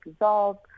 dissolved